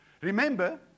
Remember